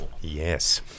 Yes